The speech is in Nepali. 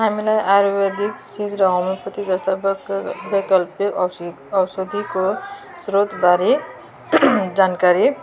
हामीलाई आयुर्वेदिक शीघ्र होम्योप्याथिक जस्तो औषधीको स्रोतबारे जानकारी